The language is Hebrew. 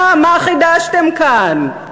מה, מה חידשתם כאן?